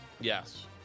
Yes